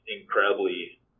incredibly